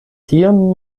tion